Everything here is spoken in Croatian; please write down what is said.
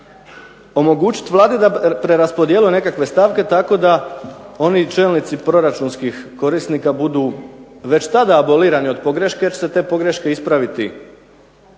omogućiti Vladi da preraspodjeljuje nekakve stavke tako da oni čelnici proračunskih korisnika budu već tada abolirani od pogreške jer se te pogreške ispraviti